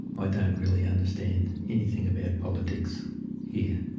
i don't really understand anything about politics here.